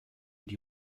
die